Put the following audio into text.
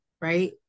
right